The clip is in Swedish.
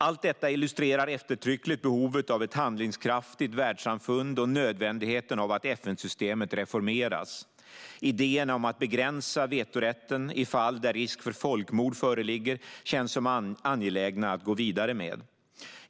Allt detta illustrerar eftertryckligt behovet av ett handlingskraftigt världssamfund och nödvändigheten av att FN-systemet reformeras. Idéerna om att begränsa vetorätten i fall där risk för folkmord föreligger känns som angelägna att gå vidare med.